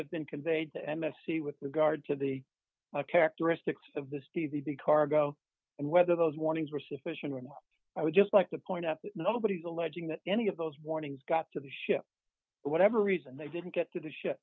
have been conveyed to m s c with regard to the characteristics of this d v d cargo and whether those warnings were sufficient and i would just like to point out that nobody's alleging that any of those warnings got to the ship for whatever reason they didn't get to the ship